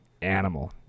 Animal